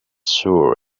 sure